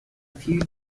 few